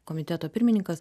komiteto pirmininkas